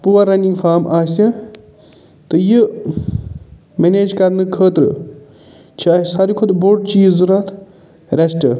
پور running farm آسہِ تہٕ یہِ مَنیج کرنہٕ خٲطرٕ چھِ اَسہِ ساروی کھۄتہٕ بوٚڈ چیٖز ضوٚرَتھ ریشٹ